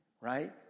right